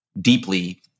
deeply